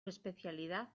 especialidad